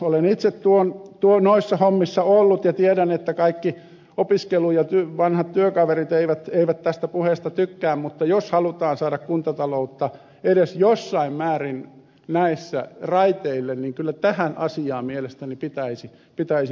olen itse noissa hommissa ollut ja tiedän että kaikki opiskelukaverit ja vanhat työkaverit eivät tästä puheesta tykkää mutta jos halutaan saada kuntataloutta edes jossain määrin raiteille niin kyllä tähän asiaan mielestäni pitäisi puuttua